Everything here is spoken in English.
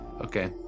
Okay